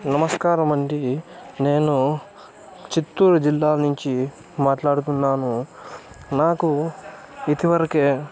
నమస్కారమండి నేను చిత్తూరు జిల్లా నుంచి మాట్లాడుతున్నాను నాకు ఇదివరకే